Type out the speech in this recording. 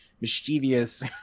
mischievous